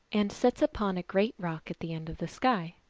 and sits upon a great rock at the end of the sky.